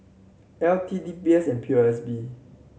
L T D B S and P O S B